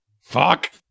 fuck